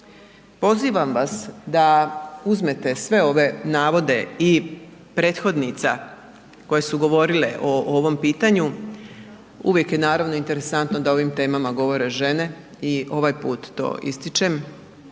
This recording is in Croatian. Pozivam vas da uzmete sve ove navode i prethodnica koje su govorile o ovom pitanju, uvijek je, naravno interesantno da o ovim temama govore žene i ovaj put to ističem,